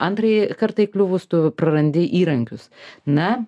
antrąjį kartą įkliuvus tu prarandi įrankius na